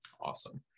Awesome